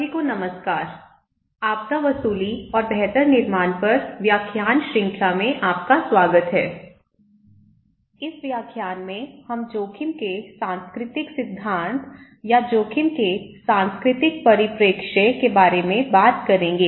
सभी को नमस्कार आपदा वसूली और बेहतर निर्माण पर व्याख्यान श्रृंखला में आपका स्वागत है इस व्याख्यान में हम जोखिम के सांस्कृतिक सिद्धांत या जोखिम के सांस्कृतिक परिप्रेक्ष्य के बारे में बात करेंगे